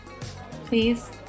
please